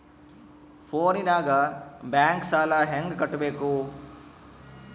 ಫೋನಿನಾಗ ಬ್ಯಾಂಕ್ ಸಾಲ ಹೆಂಗ ಕಟ್ಟಬೇಕು?